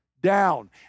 down